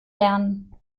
lernen